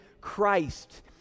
Christ